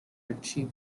achieved